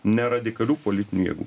neradikalių politinių jėgų